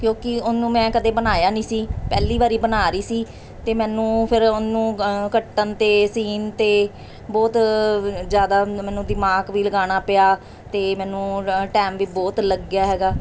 ਕਿਉਂਕਿ ਉਹਨੂੰ ਮੈਂ ਕਦੇ ਬਣਾਇਆ ਨਹੀਂ ਸੀ ਪਹਿਲੀ ਵਾਰ ਬਣਾ ਰਹੀ ਸੀ ਤਾਂ ਮੈਨੂੰ ਫਿਰ ਉਹਨੂੰ ਗ ਕੱਟਣ 'ਤੇ ਸੀਨ 'ਤੇ ਬਹੁਤ ਜ਼ਿਆਦਾ ਮੈਨੂੰ ਦਿਮਾਗ ਵੀ ਲਗਾਉਣਾ ਪਿਆ ਅਤੇ ਮੈਨੂੰ ਟੈਮ ਵੀ ਬਹੁਤ ਲੱਗਿਆ ਹੈਗਾ